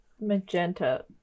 magenta